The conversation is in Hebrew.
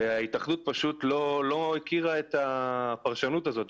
אבל ההתאחדות פשוט לא הכירה את הפרשנות הזאת,